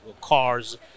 cars